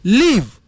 leave